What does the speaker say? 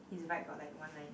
in right got like one line